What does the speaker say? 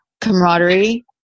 camaraderie